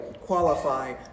qualify